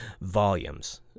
volumes